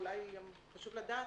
ואולי חשוב לדעת,